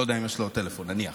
אני לא יודע אם יש לו טלפון, נניח,